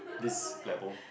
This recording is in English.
this level